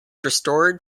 restored